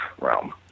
realm